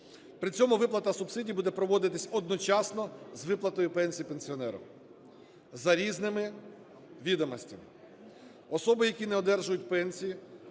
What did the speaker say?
При цьому виплата субсидій буде проводитися одночасно з виплатою пенсії пенсіонерам за різними відомостями. Особи, які не одержують пенсії,